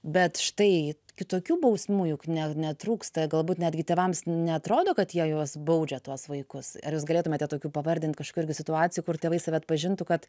bet štai kitokių bausmių juk ne netrūksta galbūt netgi tėvams neatrodo kad jie juos baudžia tuos vaikus ar jūs galėtumėte tokių pavardint kažkokių irgi situacijų kur tėvai save atpažintų kad